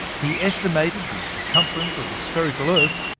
he estimated the circumference of the spherical earth,